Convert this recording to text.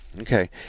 okay